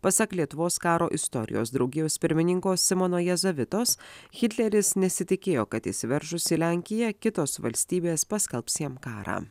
pasak lietuvos karo istorijos draugijos pirmininko simono jazavitos hitleris nesitikėjo kad įsiveržus į lenkiją kitos valstybės paskelbs jam karą